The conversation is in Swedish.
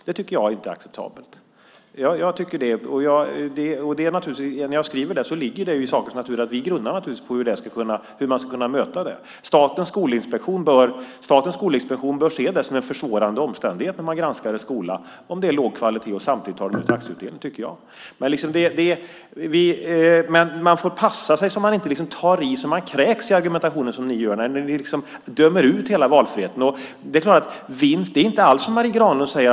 Det tycker jag inte är acceptabelt. När jag skriver det ligger det i sakens natur att vi grunnar på hur vi ska kunna möta detta. Statens skolinspektion bör se det som en försvårande omständighet när man granskar en skola om det är låg kvalitet och de samtidigt tar ut aktieutdelning. Man får passa sig så att man inte som ni gör tar i så man kräks i argumentationen när man dömer ut hela valfriheten. Vinst är inte alls vad Marie Granlund säger.